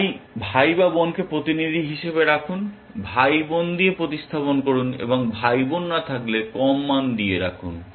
তাই ভাই বা বোনকে প্রতিনিধি হিসেবে রাখুন ভাইবোন দিয়ে প্রতিস্থাপন করুন এবং ভাইবোন না থাকলে কম মান দিয়ে রাখুন